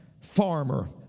farmer